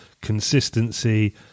consistency